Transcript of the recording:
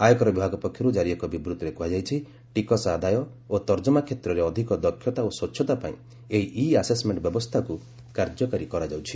ଆୟକର ବିଭାଗ ପକ୍ଷରୁ ଜାରି ଏକ ବିବୂଭିରେ କୁହାଯାଇଛି ଟିକସ ଆଦାୟ ଓ ତର୍କମା କ୍ଷେତ୍ରରେ ଅଧିକ ଦକ୍ଷତା ଓ ସ୍ୱଚ୍ଛତା ପାଇଁ ଏହି ଇ ଆସେସ୍ମେଣ୍ଟ ବ୍ୟବସ୍ଥାକୁ କାର୍ଯ୍ୟକାରୀ କରାଯାଉଛି